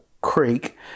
creek